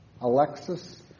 Alexis